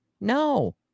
No